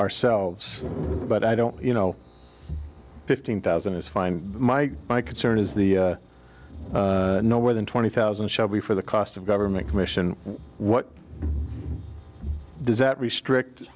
ourselves but i don't you know fifteen thousand is fine my my concern is the no where than twenty thousand shall be for the cost of government commission what does that restrict